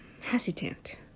hesitant